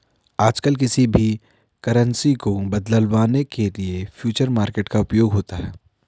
आजकल किसी भी करन्सी को बदलवाने के लिये फ्यूचर मार्केट का उपयोग होता है